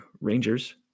Rangers